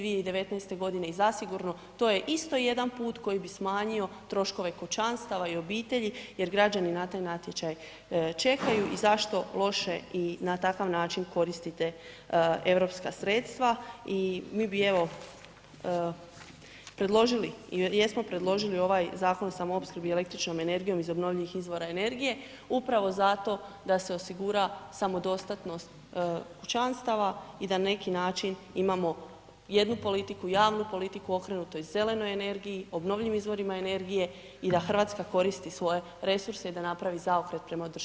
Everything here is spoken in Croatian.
2019. g. i zasigurno, to je isto jedan put koji bi smanjio troškove kućanstava i obitelji jer građani na taj natječaj čekaju i zašto loše i na takav način koristite europska sredstva i mi evo predložili i jesmo predložili ovaj Zakon o samoopskrbi električnom energijom iz obnovljivih izvora energije upravo zato da se osigura samodostatnost kućanstava i da na neki način imamo jednu politiku, javnu politiku okrenutoj zelenoj energiji, obnovljivim izvorima energije i da Hrvatska koristi svoje resurse i da napravi zaokret prema održivom razvoju, hvala.